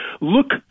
look